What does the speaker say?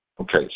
Okay